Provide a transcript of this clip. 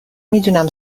میدونم